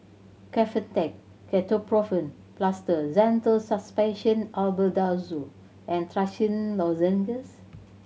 Kefentech Ketoprofen Plaster Zental Suspension Albendazole and Trachisan Lozenges